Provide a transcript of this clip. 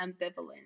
ambivalent